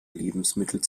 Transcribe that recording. lebensmittel